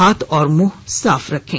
हाथ और मुंह साफ रखें